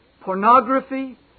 pornography